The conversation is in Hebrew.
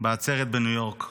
בעצרת בניו יורק,